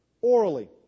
orally